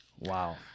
Wow